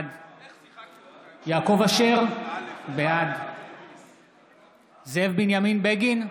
בעד יעקב אשר, בעד זאב בנימין בגין,